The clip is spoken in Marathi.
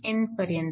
ann पर्यंत